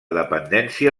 dependència